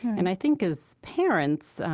and i think, as parents,